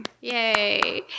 Yay